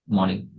Morning